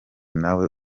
nawe